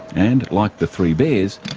and, like the three bears,